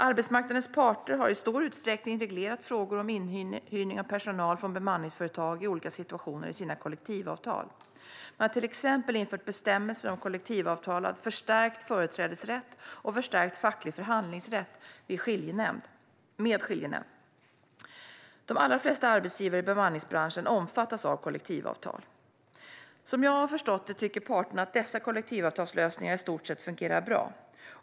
Arbetsmarknadens parter har i stor utsträckning reglerat frågor om inhyrning av personal från bemanningsföretag i olika situationer i sina kollektivavtal. Man har till exempel infört bestämmelser om kollektivavtalad förstärkt företrädesrätt och förstärkt facklig förhandlingsrätt med skiljenämnd. De allra flesta arbetsgivare i bemanningsbranschen omfattas av kollektivavtal. Som jag har förstått det tycker parterna att dessa kollektivavtalslösningar i stort sett fungerar bra.